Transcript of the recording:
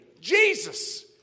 Jesus